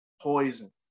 poison